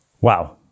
Wow